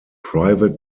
private